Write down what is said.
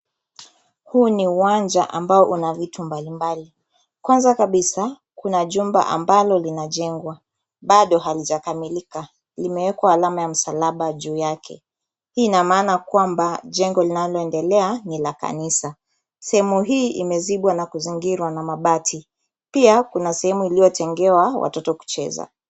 Huu ni uwanja ambao una vitu mbalimbali. Kwanza kabisa kuna jumba ambalo linajengwa. Bado halijakamilika. Limewekwa alama ya msalaba juu yake. Hii ina maana kwamba jengo linaoendelea ni la kanisa. Sehemu hii imezibwa na kuzingirwa na mabati. Pia kuna sehemu iliotengewa watoto kucheza.